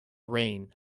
rain